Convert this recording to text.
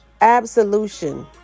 absolution